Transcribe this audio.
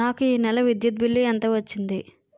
నాకు ఈ నెల విద్యుత్ బిల్లు ఎంత వచ్చింది?